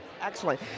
excellent